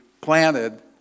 planted